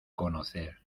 conocer